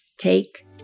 take